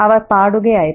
അവർ പാടുകയായിരുന്നു